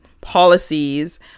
policies